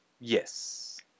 Yes